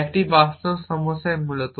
একটি বাস্তব সমস্যায় মূলত